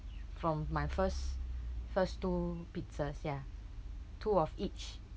from my first first two pizzas ya two of each